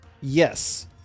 yes